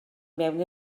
mewn